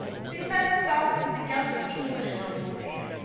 sing that song the young english noble made,